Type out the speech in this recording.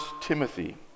Timothy